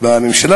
בממשלה